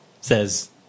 says